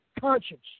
conscience